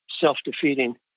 self-defeating